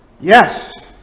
Yes